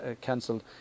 cancelled